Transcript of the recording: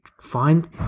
find